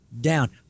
down